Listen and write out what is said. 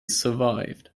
survived